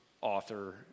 author